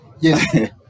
Yes